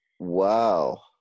wow